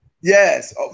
Yes